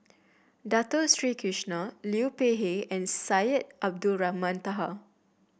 Dato Sri Krishna Liu Peihe and Syed Abdulrahman Taha